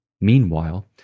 Meanwhile